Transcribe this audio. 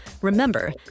remember